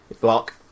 Block